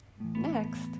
Next